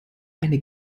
eine